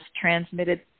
transmitted